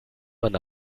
man